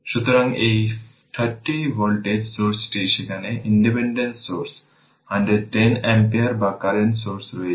সুতরাং এই 30 ভোল্টের সোর্সটি সেখানে ইন্ডিপেন্ডেন্ট সোর্স 110 অ্যাম্পিয়ার বা কারেন্ট সোর্স রয়েছে